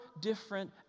different